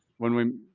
when we,